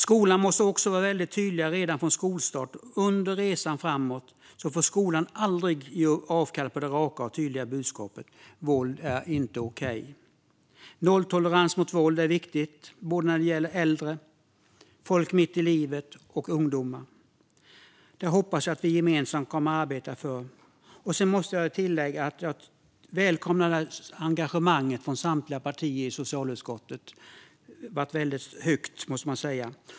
Skolan måste också vara väldigt tydlig redan från skolstart, och under resan framåt får skolan aldrig ge avkall på det raka och tydliga budskapet: Våld är inte okej! Nolltolerans mot våld är viktigt när det gäller både äldre, folk mitt i livet och ungdomar. Det hoppas jag att vi gemensamt kommer att arbeta för. Jag vill tillägga att jag välkomnar engagemanget från samtliga partier i socialutskottet. Det har varit stort, måste man säga.